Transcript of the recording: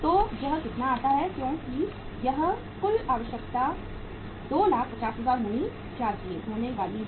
तो यह कितना आता है क्योंकि यह कुल आवश्यकता 250000 होने वाली है